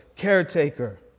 caretaker